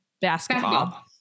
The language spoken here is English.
Basketball